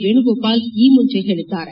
ವೇಣುಗೋಪಾಲ್ ಈ ಮುಂಚೆ ಹೇಳಿದ್ದಾರೆ